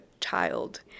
child